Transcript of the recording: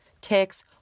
ticks